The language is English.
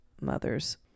mothers